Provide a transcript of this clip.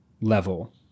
level